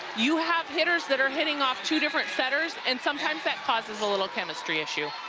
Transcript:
youhave hitters that are hitting off two different setters and sometimes that causes a little chemistry issue.